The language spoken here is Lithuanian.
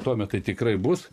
tuo met tai tikrai bus